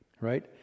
right